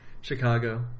Chicago